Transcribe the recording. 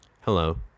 Hello